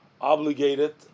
obligated